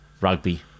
rugby